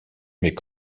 mais